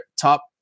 top